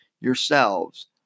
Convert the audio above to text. yourselves